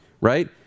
right